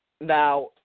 Now